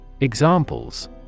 examples